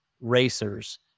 racers